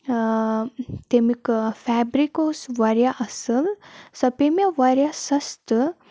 تَمیُک فیبرِک اوس واریاہ اَصٕل سۄ پیٚیہِ مےٚ واریاہ سَستہٕ